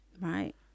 Right